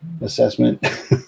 assessment